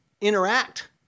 interact